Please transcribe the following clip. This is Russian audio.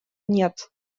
нет